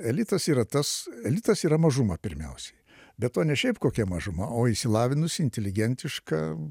elitas yra tas elitas yra mažuma pirmiausiai be to ne šiaip kokia mažuma o išsilavinusi inteligentiška